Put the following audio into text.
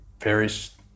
various